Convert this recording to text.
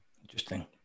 Interesting